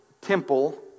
temple